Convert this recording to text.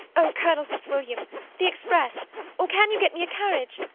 oh, colonel fitzwilliam the express or can you get me a carriage?